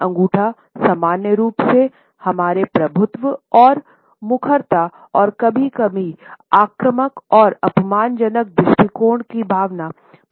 अंगूठा सामान्य रूप से हमारे प्रभुत्व और मुखरता और कभी कभी आक्रामक और अपमान जनक दृष्टिकोण की भावना प्रदर्शित करते हैं